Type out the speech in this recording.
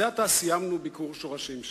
זה עתה ביקרנו ביקור שורשים שם,